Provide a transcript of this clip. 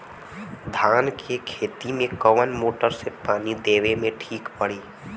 धान के खेती मे कवन मोटर से पानी देवे मे ठीक पड़ी?